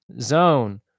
zone